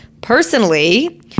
Personally